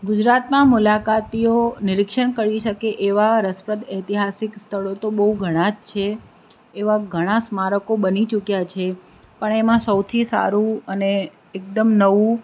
ગુજરાતમાં મુલાકાતીઓ નિરીક્ષણ કરી શકે એવા રસપ્રદ ઐતિહાસિક સ્થળો તો બહુ ઘણા જ છે એવા ઘણા સ્મારકો બની ચૂક્યા છે પણ એમાં સૌથી સારું અને એકદમ નવું